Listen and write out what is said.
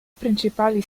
principali